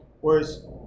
Whereas